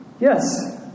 Yes